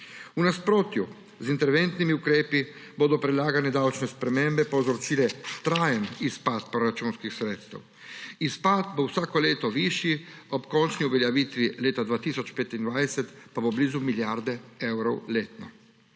V nasprotju z interventnimi ukrepi bodo predlagane davčne spremembe povzročile trajen izpad proračunskih sredstev. Izpad bo vsako leto višji, ob končni uveljavitvi leta 2025 pa bo blizu milijarde evrov letno.